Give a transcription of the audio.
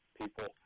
people